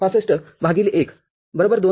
६५ १ २